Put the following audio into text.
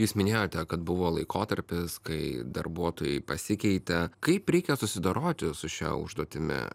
jūs minėjote kad buvo laikotarpis kai darbuotojai pasikeitė kaip reikia susidoroti su šia užduotimi